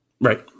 Right